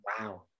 Wow